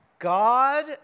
God